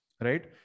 right